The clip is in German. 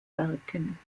werken